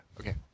okay